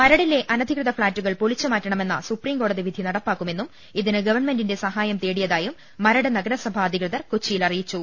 മരടിലെ അനധികൃത ഫ്ളാറ്റുകൾ പൊളിച്ചു മാറ്റണമെന്ന സുപ്രീം കോടതി വിധി നട പ്പാക്കു മെന്നും ഇതിന് ഗവൺമെന്റിന്റെ സഹായം തേടിയതായും മരട് നഗരസഭാ അധി കൃതർ കൊച്ചിയിൽ അറിയിച്ചു